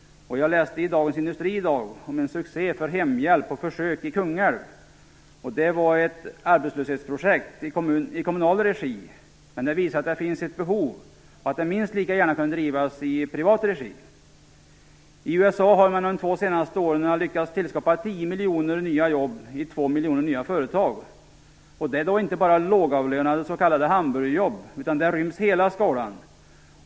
Jag läste i Dagens Industri om en succé för hemhjälp på försök i Kungälv. Det var ett arbetslöshetsprojekt i kommunal regi. Men det visar att det finns ett behov och att det lika gärna kunde drivas i privat regi. I USA har man under de två senaste åren lyckats tillskapa 10 miljoner nya jobb i 2 miljoner nya företag. Och det är inte bara lågavlönade s.k. hamburgerjobb, utan där ryms hela skalan.